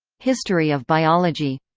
history of biology